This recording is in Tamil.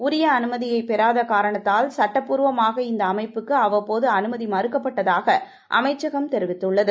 உரிய அனுமதியை பெறுத காரணத்தால் சட்டபூர்வமாக இந்த அமைப்புக்கு அவ்வப்போது அனுமதி மறுக்கப்பட்டதாக அமைச்சகம் தெரிவித்துள்ளது